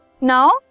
Now